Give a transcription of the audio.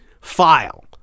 file